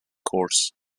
course